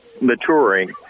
maturing